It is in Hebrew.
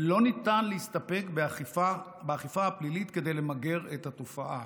ולא ניתן להסתפק באכיפה הפלילית כדי למגר את התופעה.